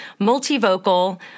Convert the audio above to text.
multivocal